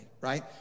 right